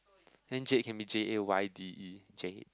and Jayde can be J A Y D E Jayde